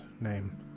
name